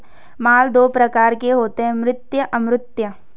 माल दो प्रकार के होते है मूर्त अमूर्त